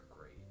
great